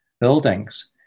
buildings